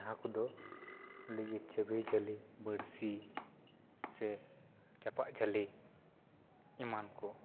ᱡᱟᱦᱟᱸ ᱠᱚᱫᱚ ᱪᱟᱹᱵᱤ ᱡᱷᱟᱹᱞᱤ ᱵᱟᱹᱲᱥᱤ ᱥᱮ ᱪᱟᱯᱟᱫ ᱡᱷᱟᱹᱞᱤ ᱮᱢᱟᱱ ᱠᱚ